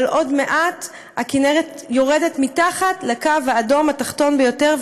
אבל עוד מעט הכינרת יורדת מתחת לקו האדום התחתון ביותר,